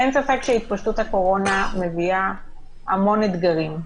אין ספק שהתפשטות הקורונה מביאה המון אתגרים.